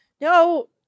no